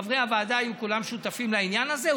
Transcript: חברי הוועדה היו כולם שותפים לעניין הזה,